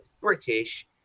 British